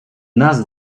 нас